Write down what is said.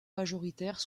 majoritaires